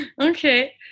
okay